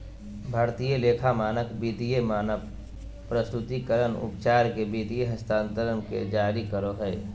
भारतीय लेखा मानक वित्तीय मापन, प्रस्तुतिकरण, उपचार के वित्तीय हस्तांतरण के जारी करो हय